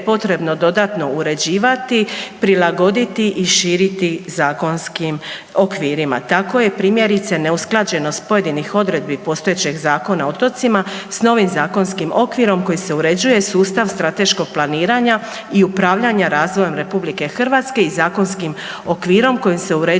potrebno dodatno uređivati, prilagoditi i širiti zakonskim okvirima. Tako je primjerice neusklađenost pojedinih odredbi postojećeg Zakona o otocima s novim zakonskim okvirom koji se uređuje sustav strateškog planiranja i upravljanja razvojem RH i zakonskim okvirom kojim se uređuje